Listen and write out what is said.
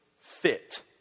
fit